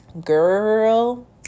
Girl